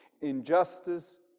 Injustice